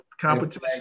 competition